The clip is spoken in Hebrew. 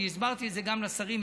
אני הסברתי גם לשרים,